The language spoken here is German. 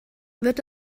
wird